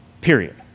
period